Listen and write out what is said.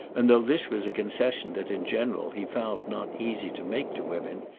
and though this was a concession that in general he found not easy to make to women,